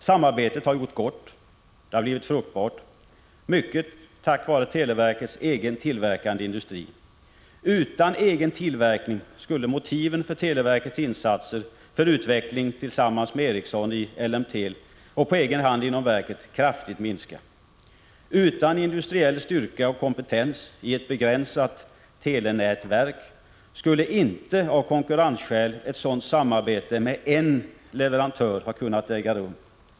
Samarbetet har gjort gott och blivit fruktbart, mycket tack vare televerkets egen tillverkande industri. Utan egen tillverkning skulle motiven för televerkets insatser för utveckling tillsammans med Ericsson i Ellemtel och på egen hand inom verket kraftigt minska. Utan industriell styrka och kompetens i ett begränsat ”telenätverk” skulle inte, av konkurrensskäl, ett sådant samarbete med en leverantör ha kunnat äga rum.